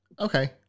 Okay